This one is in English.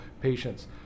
patients